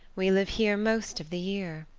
we live here most of the year.